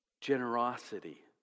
generosity